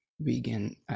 vegan